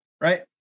right